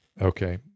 Okay